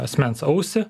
asmens ausį